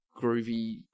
groovy